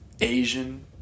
asian